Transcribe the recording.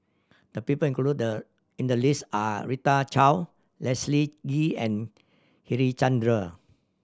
the people include in the list are Rita Chao Leslie Kee and Harichandra